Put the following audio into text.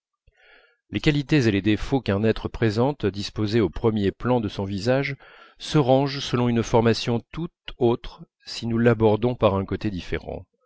les qualités et les défauts qu'un être présente disposés au premier plan de son visage se rangent selon une formation tout autre si nous l'abordons par un côté différent